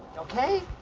okay.